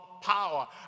power